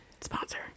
sponsor